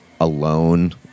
alone